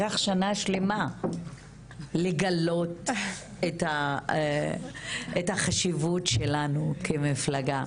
לקח שנה שלמה לגלות את החשיבות שלנו כמפלגה.